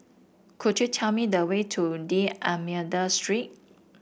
could you tell me the way to D'Almeida Street